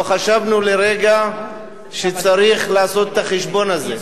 לא חשבנו לרגע שצריך לעשות את החשבון הזה.